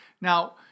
Now